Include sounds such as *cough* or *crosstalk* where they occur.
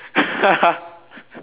*laughs*